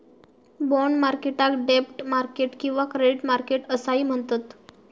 bond मार्केटाक डेब्ट market किंवा क्रेडिट मार्केट असाही म्हणतत